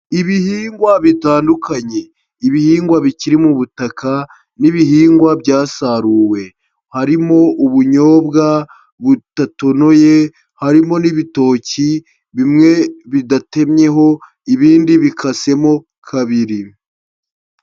Ibihingwa bitandukanye. Ibihingwa bikiri mu butaka, n'ibihingwa byasaruwe. Harimo ubunyobwa budatonoye, harimo n'ibitoki bimwe bidatemyeho, ibindi bikasemo kabiri.